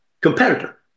competitor